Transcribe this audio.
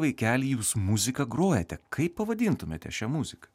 vaikeli jūs muziką grojate kaip pavadintumėte šią muziką